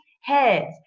heads